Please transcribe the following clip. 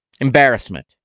Embarrassment